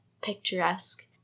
picturesque